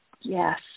Yes